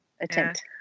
attempt